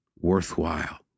worthwhile